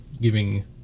giving